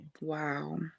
Wow